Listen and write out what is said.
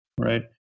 Right